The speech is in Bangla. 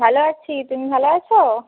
ভালো আছি তুমি ভালো আছো